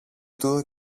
του